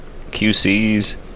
QC's